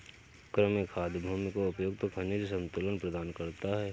कृमि खाद भूमि को उपयुक्त खनिज संतुलन प्रदान करता है